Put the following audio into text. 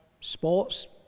sports